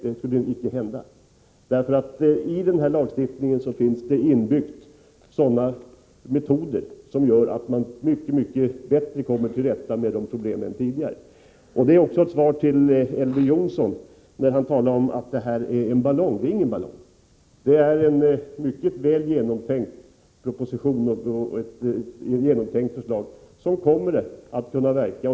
Det skulle icke hända, för i den här lagstiftningen finns det metoder inbyggda som gör att man kommer till rätta med det problemet mycket bättre än tidigare. Det är också ett svar till Elver Jonsson, som sade att propositionen är en ballong. Det är ingen ballong utan ett mycket väl genomtänkt förslag till en lagstiftning som kommer att kunna fungera.